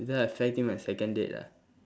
without affecting my second date ah